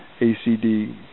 ACD